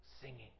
singing